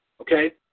okay